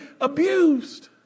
abused